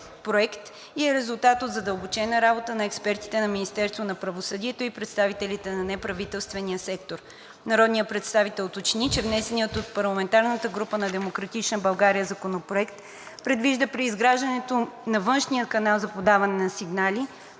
и е резултат от задълбочената работа на експертите на Министерството на правосъдието и представителите на неправителствения сектор. Народният представител уточни, че внесеният от парламентарната група на „Демократична България“ Законопроект предвижда при изграждането на външния канал за подаване на сигнали